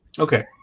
Okay